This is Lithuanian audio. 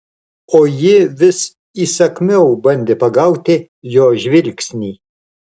o ji vis įsakmiau bandė pagauti jo žvilgsnį